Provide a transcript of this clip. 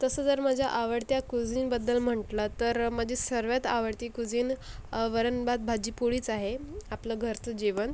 तसं तर माझ्या आवडत्या कुझीनबद्दल म्हटलं तर म्हणजे सर्वांत आवडती कुझीन वरणभात भाजीपोळीच आहे आपल्या घरचं जेवण